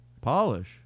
Polish